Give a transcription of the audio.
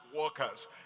workers